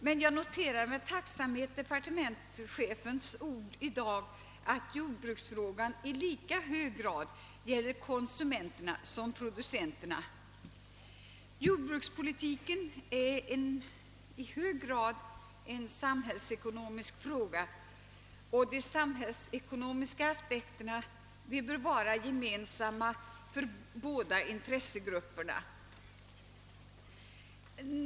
Jag noterar emellertid med tacksamhet departementschefens uttalande i dag, att jordbruksfrågan i lika hög grad gäller konsumenterna som producenterna. Jordbrukspolitiken är i hög grad en samhällsekonomisk fråga, och de samhällsekonomiska aspekterna bör vara gemensamma för båda intressegrupperna.